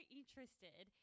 interested